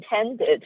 intended